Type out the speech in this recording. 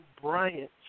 Bryant